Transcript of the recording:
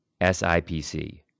SIPC